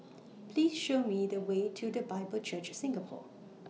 Please Show Me The Way to The Bible Church Singapore